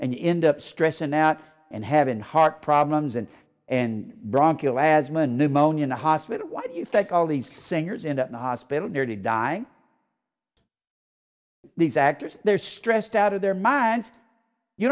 and end up stress an out and having heart problems and and bronchial asthma pneumonia in the hospital why do you think all these singers end up in hospital nearly dying these actors they're stressed out of their minds you